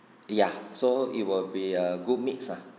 ya so it will be a good mix ah